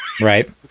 right